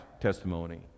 testimony